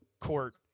court